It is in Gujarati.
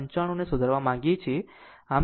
95 ને સુધારવા માંગીએ છીએ